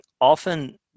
often